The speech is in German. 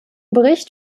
bericht